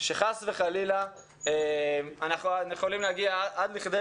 שחס וחלילה אנחנו יכולים להגיע עד לכדי